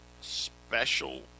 special